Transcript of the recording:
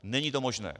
Není to možné.